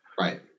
Right